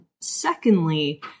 secondly